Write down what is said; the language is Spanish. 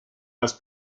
las